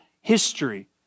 history